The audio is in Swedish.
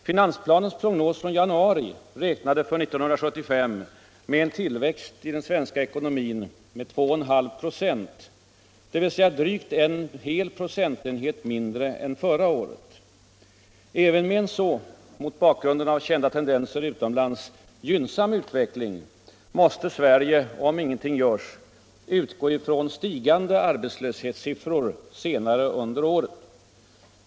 Finansplanens prognos från januari räknade för 1975 med en tillväxt i vår ekonomi av 2,5 96, dvs. drygt en hel procentenhet mindre än förra året. Även med en så — mot bakgrunden av kända tendenser utomlands — gynnsam utveckling måste Sverige - om ingenting görs — utgå ifrån stigande arbetslöshetssiffror senare under året.